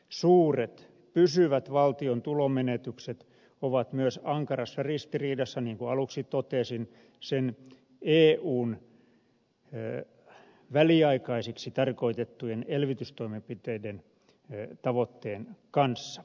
suuret pysyvät valtion tulonmenetykset ovat myös ankarassa ristiriidassa niin kuin aluksi totesin sen eun väliaikaiseksi tarkoitettujen elvytystoimenpiteiden tavoitteen kanssa